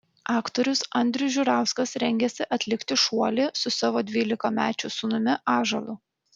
aktorius andrius žiurauskas rengiasi atlikti šuolį su savo dvylikamečiu sūnumi ąžuolu